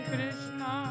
Krishna